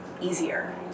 easier